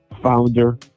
founder